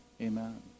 amen